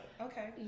Okay